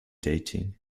dating